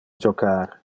jocar